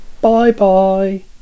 Bye-bye